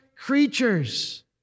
creatures